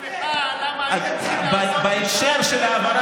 אלקין, תשאל את עצמך למה הייתם צריכים לעשות משאל.